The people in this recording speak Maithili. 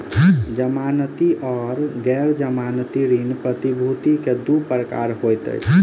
जमानती आर गैर जमानती ऋण प्रतिभूति के दू प्रकार होइत अछि